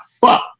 fuck